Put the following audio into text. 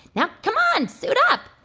now come on. suit up